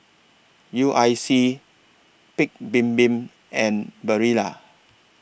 U I C Paik's Bibim and Barilla